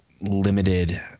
limited